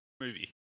Movie